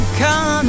come